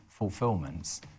fulfillments